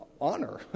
honor